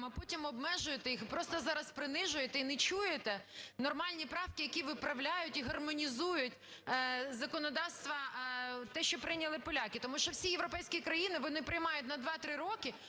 а потім обмежуєте їх і просто зараз принижуєте і не чуєте нормальні правки, які виправляють і гармонізують законодавство те, що прийняли поляки. Тому що всі європейські країни вони приймають на 2-3 роки,